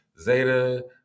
Zeta